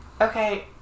Okay